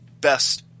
best